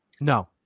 No